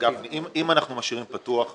אם אנחנו משאירים פתוח,